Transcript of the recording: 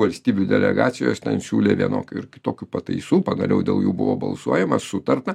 valstybių delegacijos siūlė vienokių ar kitokių pataisų pagaliau dėl jų buvo balsuojama sutarta